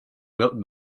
wilton